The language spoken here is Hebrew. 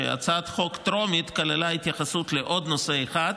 שהצעת החוק בקריאה הטרומית כללה התייחסות לעוד נושא אחד.